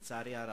לצערי הרב.